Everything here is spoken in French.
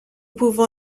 pouvons